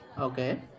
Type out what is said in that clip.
Okay